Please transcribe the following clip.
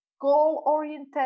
goal-oriented